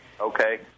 Okay